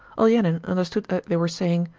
olenin understood that they were saying,